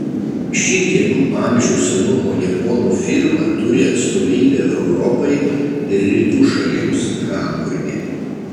ši kelių amžių senumo japonų firma turi atstovybę europai ir rytų šalims hamburge